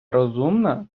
розумна